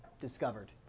discovered